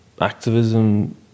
activism